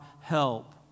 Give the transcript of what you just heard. help